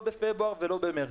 לא בפברואר ולא במרץ.